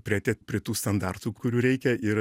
priartėt prie tų standartų kurių reikia ir